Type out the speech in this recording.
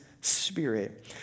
spirit